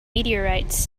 meteorites